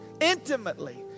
intimately